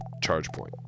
ChargePoint